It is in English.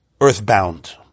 earthbound